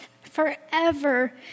forever